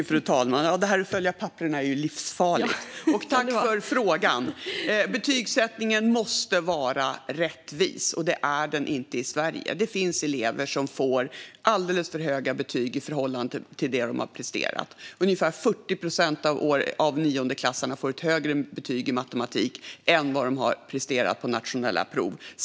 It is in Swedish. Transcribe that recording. Fru talman! Tack, ledamoten, för frågan! Betygsättningen måste vara rättvis, och det är den inte i Sverige. Det finns elever som får alldeles för höga betyg i förhållande till det de har presterat. Ungefär 40 procent av niondeklassarna får ett högre betyg i matematik än det som motsvaras av det de har presterat på nationella prov.